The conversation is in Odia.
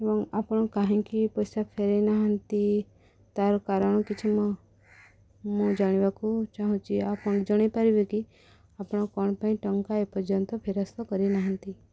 ଏବଂ ଆପଣ କାହିଁକି ପଇସା ଫେରାଇ ନାହାନ୍ତି ତା'ର କାରଣ କିଛି ମୁଁ ଜାଣିବାକୁ ଚାହୁଁଛି ଆପଣ ଜଣାଇପାରିବେ କି ଆପଣ କ'ଣ ପାଇଁ ଟଙ୍କା ଏପର୍ଯ୍ୟନ୍ତ ଫେରସ୍ତ କରିନାହାନ୍ତି